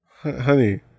honey